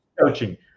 coaching